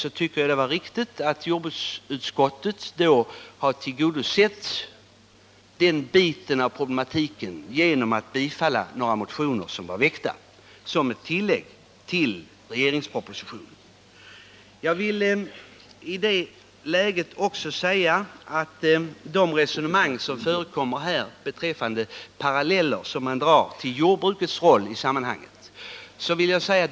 Då tycker jag att det är riktigt att jordbruksutskottet i år har tillgodosett den biten av problematiken genom att biträda några motioner som ett tillägg till regeringspropositionen. I de resonemang som förts här har man dragit paralleller med jordbrukets roll i sammanhanget.